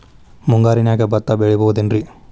ಮುಂಗಾರಿನ್ಯಾಗ ಭತ್ತ ಬೆಳಿಬೊದೇನ್ರೇ?